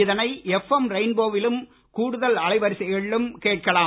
இதனை எப்எம் ரெயின்போவிலும் கூடுதல் அலைவரிசைகளிலும் கேட்கலாம்